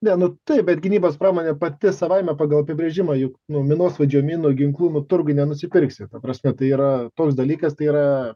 ne nu taip bet gynybos pramonė pati savaime pagal apibrėžimą juk nu minosvaidžio minų ginklų nu turguj nenusipirksi ta prasme tai yra toks dalykas tai yra